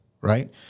right